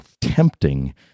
tempting